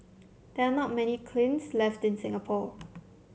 there are not many kilns left in Singapore